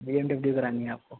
be M W کرانی ہے آپ کو